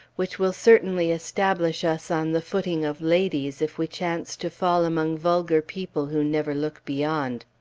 which will certainly establish us on the footing of ladies, if we chance to fall among vulgar people who never look beyond.